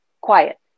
Quiet